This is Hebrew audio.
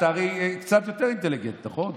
אתה הרי קצת יותר אינטליגנט, נכון?